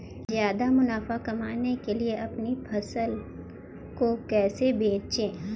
ज्यादा मुनाफा कमाने के लिए अपनी फसल को कैसे बेचें?